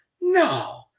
No